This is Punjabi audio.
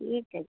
ਠੀਕ ਹੈ ਜੀ